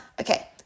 okay